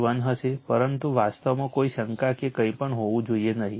81 હશે પરંતુ વાસ્તવમાં કોઈ શંકા કે કંઈપણ હોવું જોઈએ નહીં